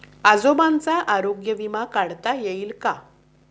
आजोबांचा आरोग्य विमा काढता येईल का?